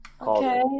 Okay